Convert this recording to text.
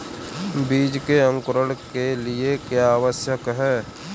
बीज के अंकुरण के लिए क्या आवश्यक है?